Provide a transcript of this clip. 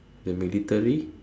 the military